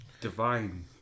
divine